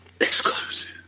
Exclusive